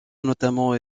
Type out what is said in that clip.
notamment